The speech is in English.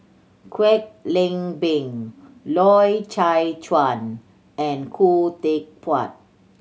Kwek Leng Beng Loy Chye Chuan and Khoo Teck Puat